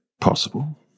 possible